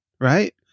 right